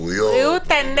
התמכרויות ודברים מהסוג הזה.